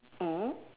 mm